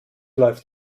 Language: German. läuft